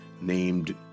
named